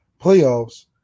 playoffs